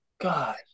God